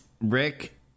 Rick